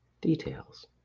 Details